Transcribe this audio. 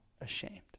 ashamed